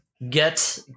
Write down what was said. Get